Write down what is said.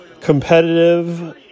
Competitive